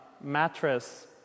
mattress